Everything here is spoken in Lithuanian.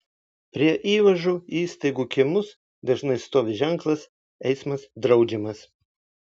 prie įvažų į įstaigų kiemus dažnai stovi ženklas eismas draudžiamas